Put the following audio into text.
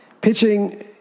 Pitching